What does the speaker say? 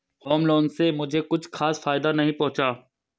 home loan से मुझे कुछ खास फायदा नहीं पहुंचा